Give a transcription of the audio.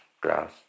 grass